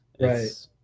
Right